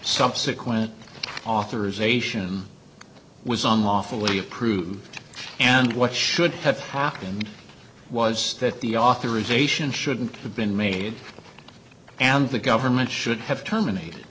subsequent authorization was unlawfully approved and what should have happened was that the authorization should have been made and the government should have terminated